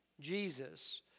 Jesus